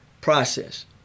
process